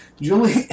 Julie